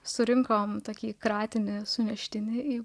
surinkome tokį kratinį suneštiniai į